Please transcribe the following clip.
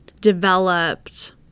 developed